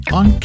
on